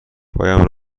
پایم